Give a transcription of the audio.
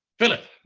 philip,